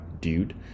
dude